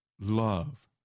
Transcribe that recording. love